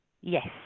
yes